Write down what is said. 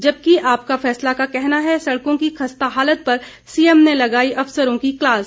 जबकि आपका फैसला का कहना है सड़कों की खस्ता हालत पर सीएम ने लगाई अफसरों की क्लास